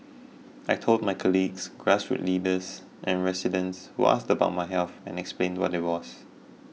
I told my colleagues grassroots leaders and residents who asked about my health and explained what it was